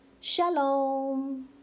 Shalom